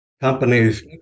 Companies